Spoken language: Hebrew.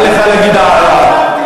מותר לך להגיד הערה,